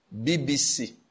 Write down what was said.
BBC